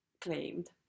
claimed